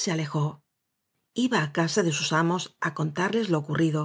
se alejó iba á casa de sus amos á contar les lo ocurrido